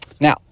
Now